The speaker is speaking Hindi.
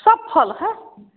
सब फल हैं